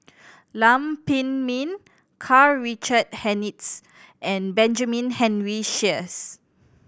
Lam Pin Min Karl Richard Hanitsch and Benjamin Henry Sheares